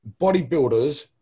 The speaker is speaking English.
Bodybuilders